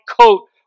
coat